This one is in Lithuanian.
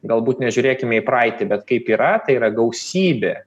galbūt nežiūrėkime į praeitį bet kaip yra tai yra gausybė